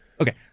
Okay